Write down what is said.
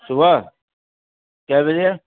صبح کے بجے